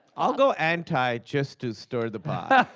i'll go anti, just to stir the pot.